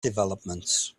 developments